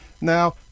Now